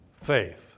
Faith